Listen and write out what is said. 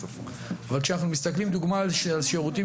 וכשאנחנו מסתכלים לדוגמה על שירותים